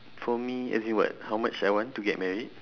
for me as in what how much I want to get married